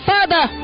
Father